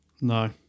No